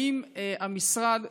האם המשרד שוקל,